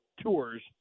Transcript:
tours